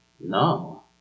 No